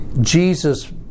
Jesus